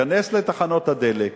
'כנס לתחנות הדלק,